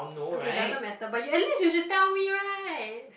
okay doesn't matter but you at least you should tell me right